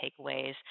takeaways